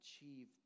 achieve